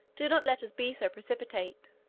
do not let us be so precipitate,